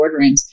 boardrooms